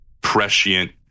prescient